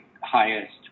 highest